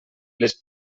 les